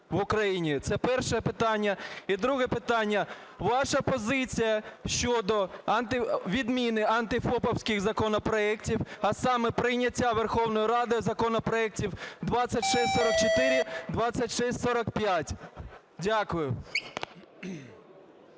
Це перше питання. І друге питання. Ваша позиція щодо відміни антифопівських законопроектів, а саме: прийняття Верховною Радою законопроектів 2644, 2645. Дякую.